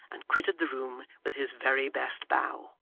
and quitted the room with his very best bow.